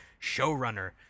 showrunner